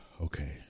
okay